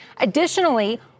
Additionally